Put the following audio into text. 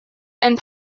and